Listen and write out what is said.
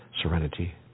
serenity